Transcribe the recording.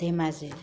Dhemaji